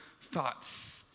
thoughts